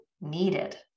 needed